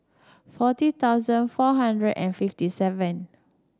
forty thousand four hundred and fifty seven